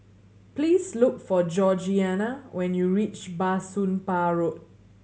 please look for Georgiana when you reach Bah Soon Pah Road